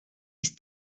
ist